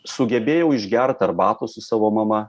sugebėjau išgert arbatos su savo mama